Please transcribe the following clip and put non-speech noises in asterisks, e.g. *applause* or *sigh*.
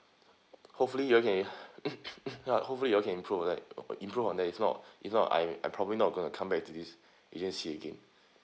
hopefully you all can *noise* ha hopefully you all can improve on that improve on that if not if not I I probably not gonna come back to this agency again